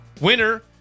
winner